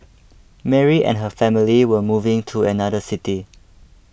Mary and her family were moving to another city